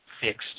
fixed